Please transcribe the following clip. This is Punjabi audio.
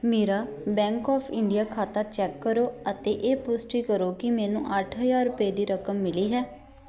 ਮੇਰਾ ਬੈਂਕ ਆਫ ਇੰਡੀਆ ਖਾਤਾ ਚੈੱਕ ਕਰੋ ਅਤੇ ਇਹ ਪੁਸ਼ਟੀ ਕਰੋ ਕਿ ਮੈਨੂੰ ਅੱਠ ਹਜ਼ਾਰ ਰੁਪਏ ਦੀ ਰਕਮ ਮਿਲੀ ਹੈ